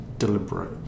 deliberate